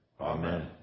Amen